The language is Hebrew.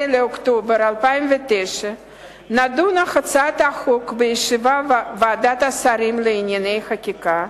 ב-11 באוקטובר 2009 נדונה הצעת החוק בישיבת ועדת השרים לענייני חקיקה,